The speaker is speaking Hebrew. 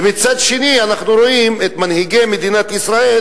ומצד שני אנחנו רואים את מנהיגי מדינת ישראל,